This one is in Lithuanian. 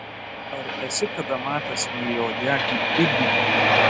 ar esi kada matęs smailiauodegį ibį